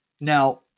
Now